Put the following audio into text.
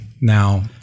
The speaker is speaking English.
now